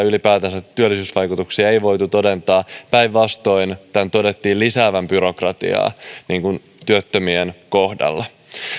ylipäätänsä työllisyysvaikutuksia ei voitu todentaa päinvastoin tämän todettiin lisäävän byrokratiaa työttömien kohdalla